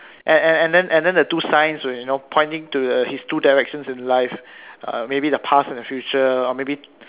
and and and then and then the two signs were you know pointing to the his two directions in life uh maybe the past and the future or maybe